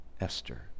Esther